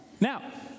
Now